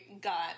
got